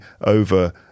over